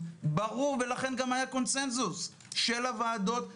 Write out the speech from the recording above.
ברור ולכן גם היה קונצנזוס של הוועדות ברוב,